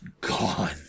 gone